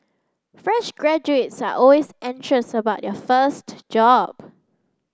fresh graduates are always anxious about their first job